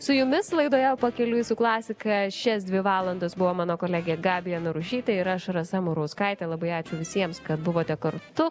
su jumis laidoje pakeliui su klasika šias dvi valandas buvo mano kolegė gabija narušytė ir aš rasa murauskaitė labai ačiū visiems kad buvote kartu